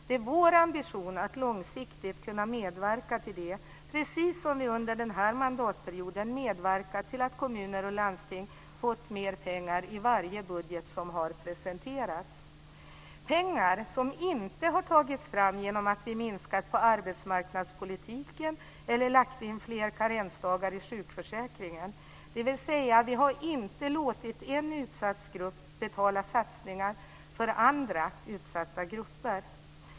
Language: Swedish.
Det är vår ambition att långsiktigt kunna medverka till det, precis som vi under den här mandatperioden medverkat till att kommuner och landsting fått mer pengar i varje budget som har presenterats. Det är pengar som inte har tagits fram genom att vi minskat på arbetsmarknadspolitiken eller lagt in fler karensdagar i sjukförsäkringen, dvs. vi har inte låtit en utsatt grupp betala satsningar på andra utsatta grupper.